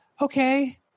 okay